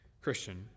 Christian